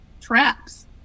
traps